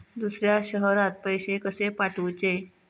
दुसऱ्या शहरात पैसे कसे पाठवूचे?